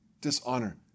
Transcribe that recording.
dishonor